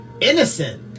Innocent